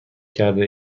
کرده